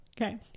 Okay